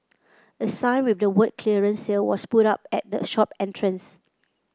a sign with the words clearance sale was put up at the shop entrance